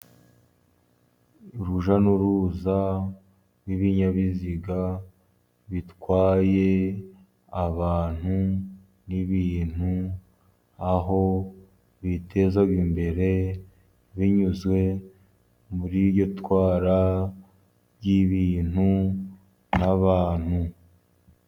urujya n'uruza rw'ibinyabiziga bitwaye abantu n'ibintu, aho biteza imbere binyuze muri iryo twara ry'ibintu n'abantu.